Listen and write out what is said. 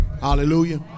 Hallelujah